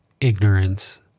Ignorance